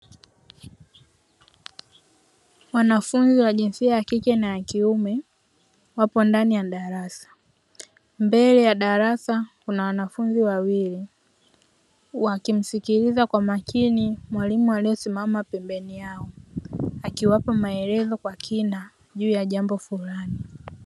Wanafunzi wa jinsia ya kike na kiume wapo ndani ya darasa, mbele ya darasa kuna wanafunzi wawili wakimsikiliza kwa makini mwalimu aliyesimama pembeni yao akiwapa maelezo kwa kwa kina juu ya jambo fulani.